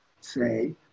say